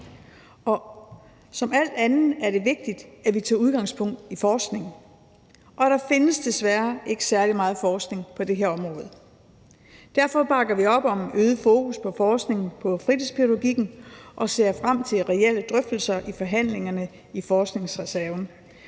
ved alt andet er det vigtigt, at vi tager udgangspunkt i forskningen, og der findes desværre ikke særlig meget forskning på det her område. Derfor bakker vi op om et øget fokus på forskningen i fritidspædagogikken og ser frem til reelle drøftelser i forbindelse med forhandlingerne om forskningsreserven.